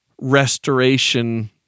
restoration